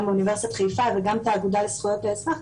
באוניברסיטת חיפה וגם את האגודה לזכויות האזרח,